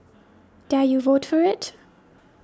dare you vote for it